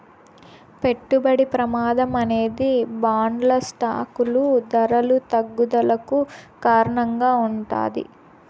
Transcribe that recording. పెట్టుబడి ప్రమాదం అనేది బాండ్లు స్టాకులు ధరల తగ్గుదలకు కారణంగా ఉంటాది